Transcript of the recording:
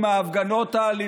וזה חבל.